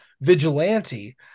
vigilante